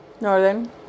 Northern